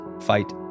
fight